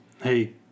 hey